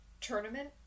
tournament